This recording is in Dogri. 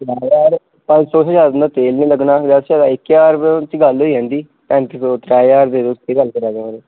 पंज सौ शा ज्यादा तुंदा तेल नी लग्गना ज्यादा तूं ज्यादा इक ज्हार च लग्ग होई जंदी पैंती सौ त्रै ज्हार रपे केह् गल्ल करा दे माराज